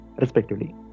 respectively